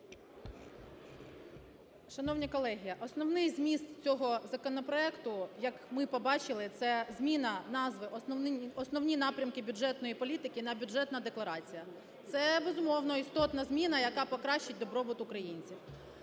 Шановні колеги, основний зміст цього законопроекту, як ми побачили, це зміна назви "Основні напрямки бюджетної політики" на "Бюджетна декларація", це, безумовно, істотна зміна, яка покращить добробут українців.